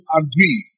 agree